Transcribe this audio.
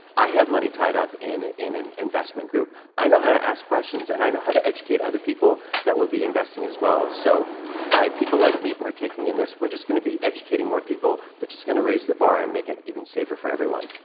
i have money tied up in in an investment group. i know how to ask questions and i know how to educate other people that will be investing as well. so by people like me partaking in this, we are just going to be educating more people, which is going to raise the bar and make it even safer for everyone.